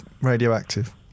radioactive